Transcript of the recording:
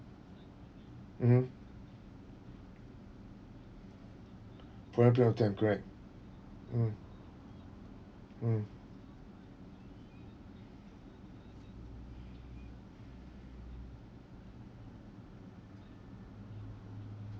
mmhmm for one period of time correct mm mm